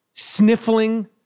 sniffling